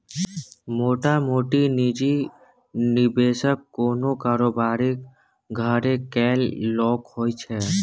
मोटामोटी निजी निबेशक कोनो कारोबारीक घरे केर लोक होइ छै